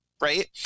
right